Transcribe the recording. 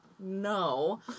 No